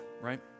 right